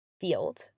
field